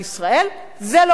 זה לא מה שהצטייר בחו"ל.